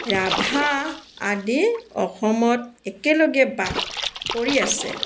ৰাভা আদি অসমত একেলগে বাস কৰি আছে